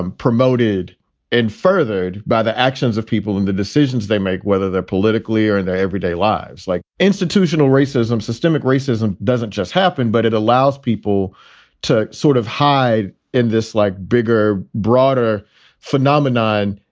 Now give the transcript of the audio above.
and promoted and furthered by the actions of people and the decisions they make, whether they're politically or in and their everyday lives, like institutional racism. systemic racism doesn't just happen, but it allows people to sort of hide in this like bigger, broader phenomenon,